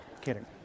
kidding